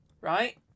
right